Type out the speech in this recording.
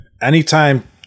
anytime